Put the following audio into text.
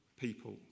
people